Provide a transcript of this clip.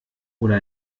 oder